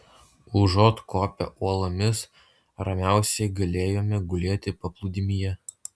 užuot kopę uolomis ramiausiai galėjome gulėti paplūdimyje